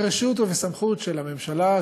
ברשות ובסמכות של הממשלה,